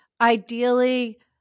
ideally